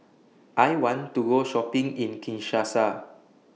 I want to Go Shopping in Kinshasa